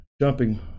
jumping